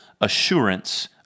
assurance